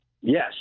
Yes